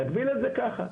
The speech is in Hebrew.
להגביל את זה ככה.